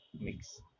mix